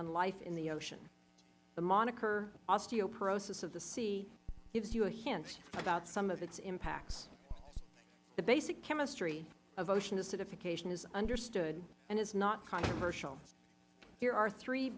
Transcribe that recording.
on life in the ocean the moniker osteoporosis of the sea gives you a hint about some of its impacts the basic chemistry of ocean acidification is understood and is not controversial here are three